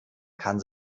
kann